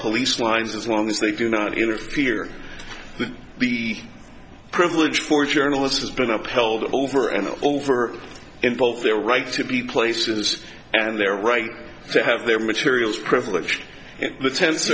police lines as long as they do not interfere be a privilege for journalists has been upheld over and over in both their right to be places and their right to have their materials privileged